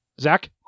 Zach